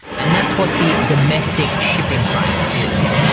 and that's what the domestic shipping price is.